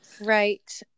Right